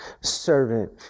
servant